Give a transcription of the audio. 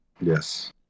yes